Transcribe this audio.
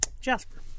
Jasper